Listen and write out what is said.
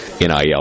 NIL